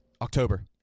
October